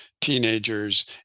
teenagers